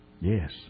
Yes